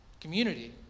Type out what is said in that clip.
community